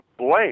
blame